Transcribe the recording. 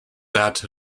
that